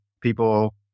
People